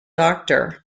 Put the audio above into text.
doctor